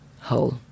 whole